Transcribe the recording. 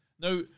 Now